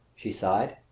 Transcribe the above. she sighed.